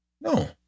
No